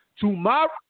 tomorrow